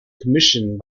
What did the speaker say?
commissioned